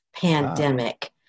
Pandemic